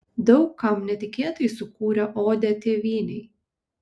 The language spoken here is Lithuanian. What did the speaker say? daug kam netikėtai sukūrė odę tėvynei